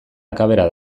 akabera